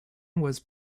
was